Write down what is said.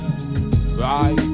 right